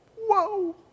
whoa